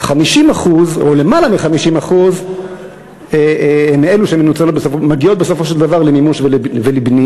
50% או למעלה מ-50% הן אלה שמגיעות בסופו של דבר למימוש ולבנייה.